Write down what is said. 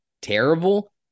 terrible